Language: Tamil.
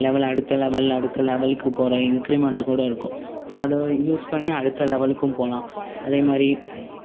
லெவல் அடுத்த லெவல் அடுத்த லெவலுக்கு போகிற இன்கிரீமெண்ட் கூட இருக்கும் ஸோ அதை யூஸ் பண்ணி அடுத்த லெவலுக்கும் போலாம் அதே மாதிரி